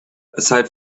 aside